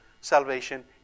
salvation